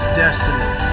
destiny